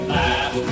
laugh